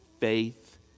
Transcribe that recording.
Faith